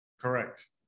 Correct